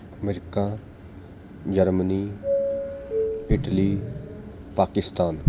America Germany Italy Pakistan